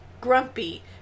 grumpy